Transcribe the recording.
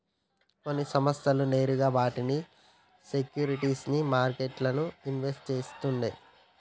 కొన్ని సంస్థలు నేరుగా వాటి సేక్యురిటీస్ ని మార్కెట్లల్ల ఇన్వెస్ట్ చేస్తుండే